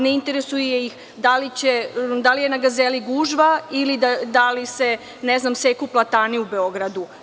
Ne interesuje ih da li je na Gazeli gužva ili da li se seku platani u Beogradu.